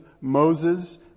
Moses